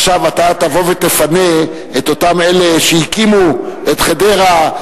עכשיו אתה תבוא ותפנה את אותם אלה שהקימו את חדרה,